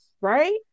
Right